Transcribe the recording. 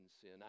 sin